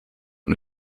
und